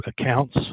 accounts